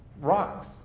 rocks